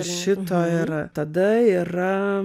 šito yra tada yra